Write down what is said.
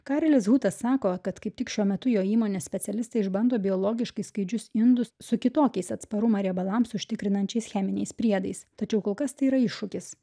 karelis hutas sako kad kaip tik šiuo metu jo įmonės specialistai išbando biologiškai skaidžius indus su kitokiais atsparumą riebalams užtikrinančiais cheminiais priedais tačiau kol kas tai yra iššūkis